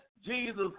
Jesus